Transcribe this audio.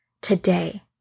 today